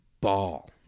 ball